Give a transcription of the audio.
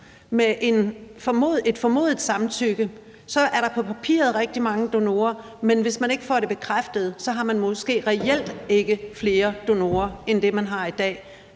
Med et formodet samtykke er der på papiret rigtig mange donorer, men hvis man ikke får det bekræftet, har man måske reelt ikke flere donorer end dem, man har i dag.